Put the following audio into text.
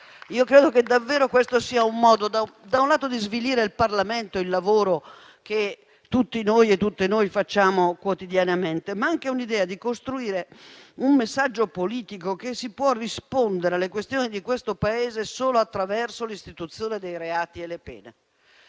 Credo che davvero questo sia un modo, da un lato, di svilire il Parlamento e il lavoro che tutti e tutte noi facciamo quotidianamente, ma anche, dall'altro lato, un'idea di costruire un messaggio politico secondo il quale si può rispondere alle questioni di questo Paese solo attraverso l'istituzione dei reati e delle pene.